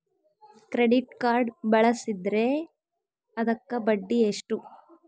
Credit card ಬಳಸಿದ್ರೇ ಅದಕ್ಕ ಬಡ್ಡಿ ಎಷ್ಟು?